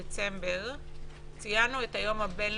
היום 8 בדצמבר 2020, כ"ב בכסלו התשפ"א.